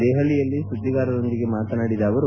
ದೆಹಲಿಯಲ್ಲಿ ಸುದ್ಗಿಗಾರರೊಂದಿಗೆ ಮಾತನಾಡಿದ ಅವರು